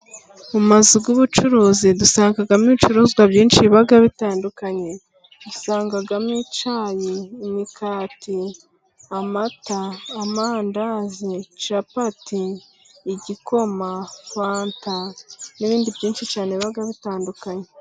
Mu mazu y'ubucuruzi dusangamo ibicuruzwa byinshi biba bitandukanye. Dusangamo icyayi, imikati, amata, amandazi, cyapati, igikoma, fanta n'ibindi byinshi cyane biba bitandukanye.